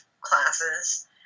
classes